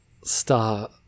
star